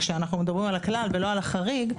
כשאנחנו מדברים על הכלל ולא על החריג,